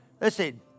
Listen